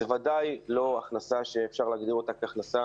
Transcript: זאת בוודאי לא הכנסה שאפשר להגדיר אותה כהכנסה